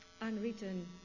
unwritten